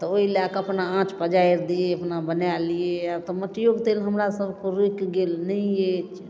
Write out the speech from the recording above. तऽ ओहि लऽ कऽ अपना आँच पजारि दिए अपना बना लिए आब तऽ मट्टीओके तेल हमरासबके रुकि गेल नहि अछि